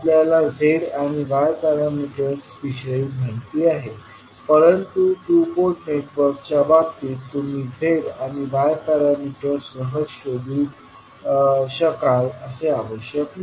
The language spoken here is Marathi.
आपल्याला z आणि y पॅरामीटर्स विषयी माहिती आहे परंतु टू पोर्ट नेटवर्कच्या बाबतीत तुम्ही z आणि y पॅरामीटर्स सहज शोधू शकाल असे आवश्यक नाही